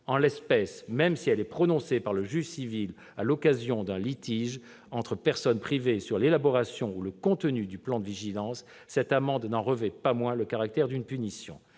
En l'espèce, même si elle est prononcée par le juge civil à l'occasion d'un litige entre personnes privées sur l'élaboration ou le contenu du plan de vigilance, cette amende n'en revêt pas moins le caractère d'une punition.